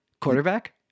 Quarterback